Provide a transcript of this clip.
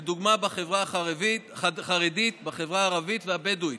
לדוגמה בחברה החרדית ובחברה הערבית והבדואית.